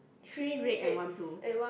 three red and one blue